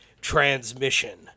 transmission